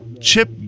Chip